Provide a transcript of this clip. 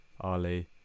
Ali